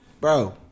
bro